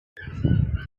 can